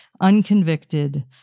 unconvicted